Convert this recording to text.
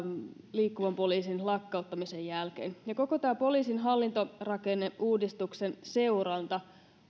liikkuvan poliisin lakkauttamisen jälkeen koko tämän poliisin hallintorakenneuudistuksen seuranta